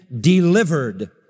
delivered